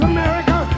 America